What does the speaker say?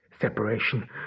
separation